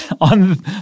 On